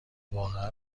واقعا